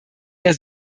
der